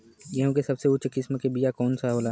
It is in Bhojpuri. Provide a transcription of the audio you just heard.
गेहूँ के सबसे उच्च किस्म के बीया कैसन होला?